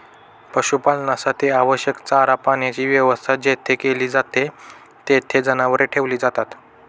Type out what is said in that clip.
पशुपालनासाठी आवश्यक चारा पाण्याची व्यवस्था जेथे केली जाते, तेथे जनावरे ठेवली जातात